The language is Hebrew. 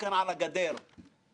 זה גם בעלי תפקיד שכיהנו לפני כן,